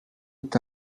est